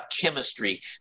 chemistry